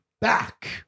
back